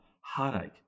heartache